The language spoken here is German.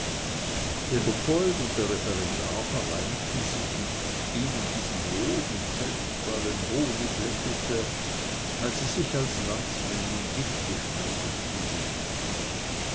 leopold und der referendar vereinigten sich mit ihm in diesem lob und selbst fräulein honig lächelte weil sie sich als landsmännin mitgeschmeichelt fühlen mochte